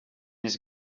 his